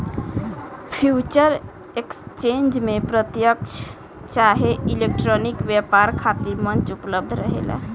future exchange में प्रत्यकछ चाहे इलेक्ट्रॉनिक व्यापार खातिर मंच उपलब्ध रहेला